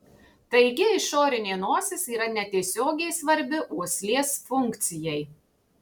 taigi išorinė nosis yra netiesiogiai svarbi uoslės funkcijai